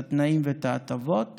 את התנאים ואת ההטבות